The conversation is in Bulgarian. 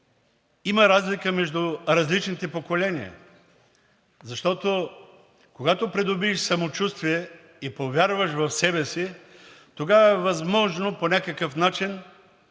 има разлика между различните поколения? Защото, когато придобиеш самочувствие и повярваш в себе си, тогава е възможно по някакъв начин